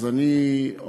אז אני אומר,